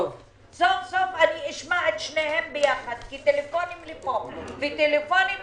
סוף סוף אני אשמע את שניהם ביחד כי טלפונים לפה וטלפונים לשם,